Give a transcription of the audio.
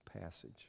passage